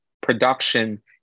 production